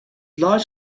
lies